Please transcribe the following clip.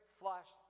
flush